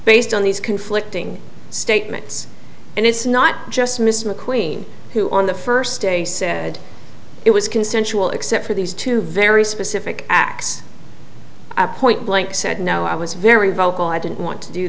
based on these conflicting statements and it's not just mr mcqueen who on the first day said it was consensual except for these two very specific acts i point blank said no i was very vocal i didn't want to do